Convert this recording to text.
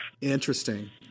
Interesting